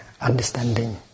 understanding